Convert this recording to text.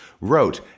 wrote